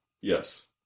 Yes